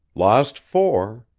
lost four,